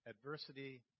adversity